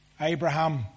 Abraham